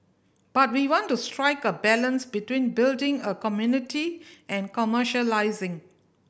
but we want to strike a balance between building a community and commercialising